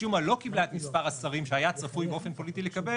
משום מה לא קיבלה את מספר השרים שהייתה צפויה באופן פוליטי לקבל,